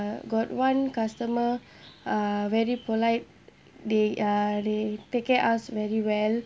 got one customer uh very polite they uh they take care us very well